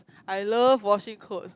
I love washing clothes